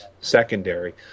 Secondary